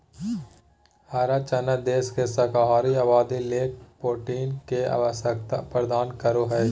हरा चना देश के शाकाहारी आबादी ले प्रोटीन के आवश्यकता प्रदान करो हइ